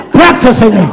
practicing